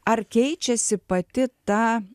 ar keičiasi pati ta